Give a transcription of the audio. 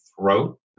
throat